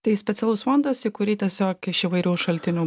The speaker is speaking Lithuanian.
tai specialus fondas į kurį tiesiog iš įvairių šaltinių